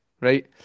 right